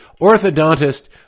orthodontist